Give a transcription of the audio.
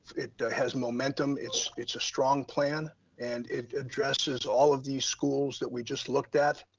it has momentum, it's it's a strong plan and it addresses all of these schools that we just looked at.